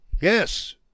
Yes